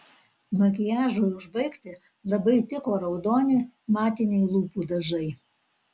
makiažui užbaigti labai tiko raudoni matiniai lūpų dažai